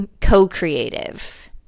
co-creative